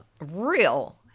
real